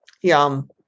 Yum